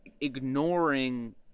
ignoring